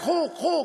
קחו, קחו.